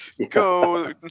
Go